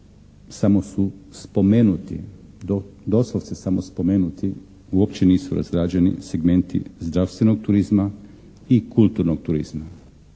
samo su spomenuti doslovce samo spomenuti, uopće nisu razgrađeni segmenti zdravstvenog turizma i kulturnog turizma.